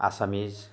Assamese